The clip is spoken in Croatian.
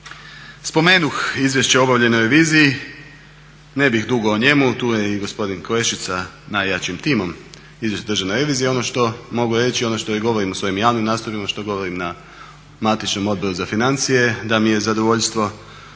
Spomenuh izvješće o obavljenoj reviziji, ne bih dugo o njemu, tu je i gospodin Klešić sa najjačim timom izvješća državne revizije, ono što mogu reći i ono što govorim u svojim javnim nastupima, što govorim na matičnom odboru za financije da mi je zadovoljstvo